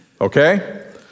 okay